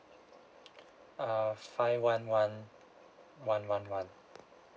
err five one one one one one